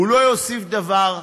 הוא לא יוסיף דבר,